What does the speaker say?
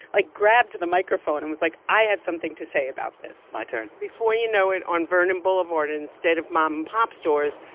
like, grabbed the microphone and was like, i have something to say about this my turn before you know it, on vernon boulevard, instead of mom and pop stores,